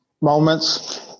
moments